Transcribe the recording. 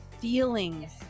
feelings